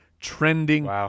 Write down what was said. trending